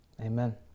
Amen